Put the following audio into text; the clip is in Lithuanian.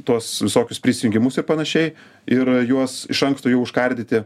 tuos visokius prisijungimus ir panašiai ir juos iš anksto jau užkardyti